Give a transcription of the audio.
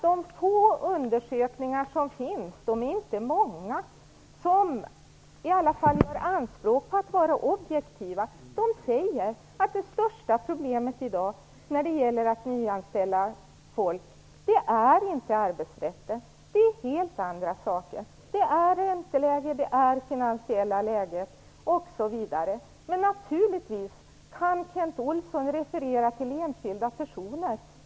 De få undersökningar som finns och som gör anspråk på att vara objektiva - de är inte många - säger att det största problemet i dag när det gäller att nyanställa folk inte är arbetsrätten. Det är helt andra saker. Det är ränteläget, det finansiella läget osv. Men Kent Olsson kan naturligtvis referera till enskilda personer.